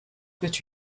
could